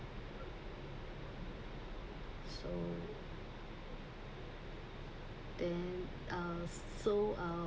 so then uh so